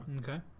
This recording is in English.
Okay